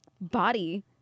body